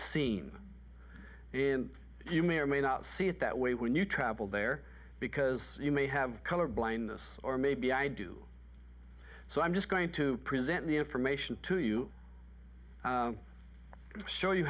seen in you may or may not see it that way when you travel there because you may have color blindness or maybe i do so i'm just going to present the information to you show you